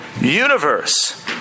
universe